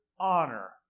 honor